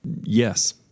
Yes